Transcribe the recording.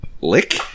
lick